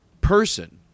person